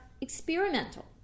experimental